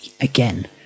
again